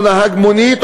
או נהג מונית,